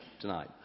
tonight